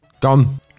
Gone